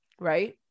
right